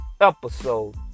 episode